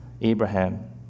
Abraham